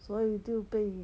所以就被